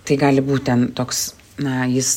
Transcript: tai gali būtent toks na jis